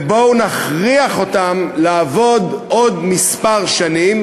ובואו נכריח אותם לעבוד עוד כמה שנים,